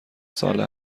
ساله